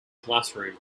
classroom